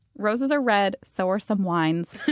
degroses are red, so are some wines